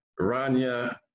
Rania